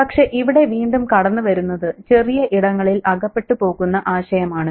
പക്ഷെ ഇവിടെ വീണ്ടും കടന്നുവരുന്നത് ചെറിയ ഇടങ്ങളിൽ അകപ്പെട്ടു പോകുന്ന ആശയമാണ്